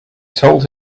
told